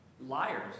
liars